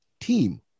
team